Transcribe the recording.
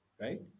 Right